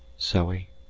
zoe.